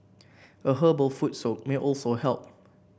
a herbal foot soak may also help